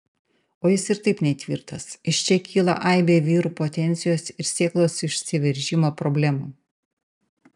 o jis ir taip netvirtas iš čia kyla aibė vyrų potencijos ir sėklos išsiveržimo problemų